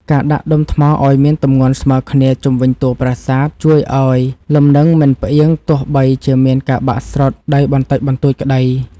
ការដាក់ដុំថ្មឱ្យមានទម្ងន់ស្មើគ្នាជុំវិញតួប្រាសាទជួយឱ្យលំនឹងមិនផ្អៀងទោះបីជាមានការបាក់ស្រុតដីបន្តិចបន្តួចក្តី។